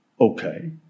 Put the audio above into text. Okay